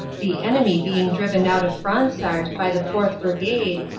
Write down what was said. the enemy being driven out of fransart by the fourth. brigade,